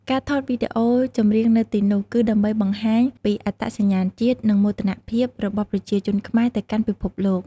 ការថតវីដេអូចម្រៀងនៅទីនោះ គឺដើម្បីបង្ហាញពីអត្តសញ្ញាណជាតិ និងមោទនភាពរបស់ប្រជាជនខ្មែរទៅកាន់ពិភពលោក។